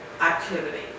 activity